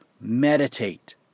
meditate